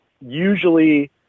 usually